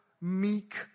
meek